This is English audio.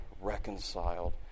reconciled